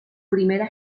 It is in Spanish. primera